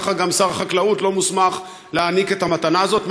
ככה גם שר החקלאות לא מוסמך להעניק את המתנה הזאת,